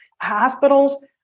hospitals